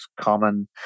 common